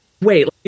wait